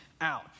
out